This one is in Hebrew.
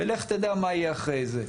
ולך תדע מה יהיה אחרי זה.